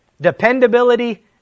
dependability